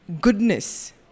goodness